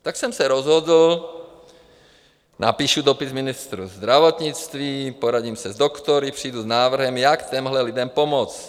Tak jsem se rozhodl, napíšu dopis ministru zdravotnictví, poradím se s doktory, přijdu s návrhem, jak těmhle lidem pomoct.